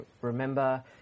Remember